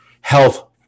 health